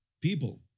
people